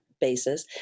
basis